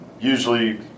usually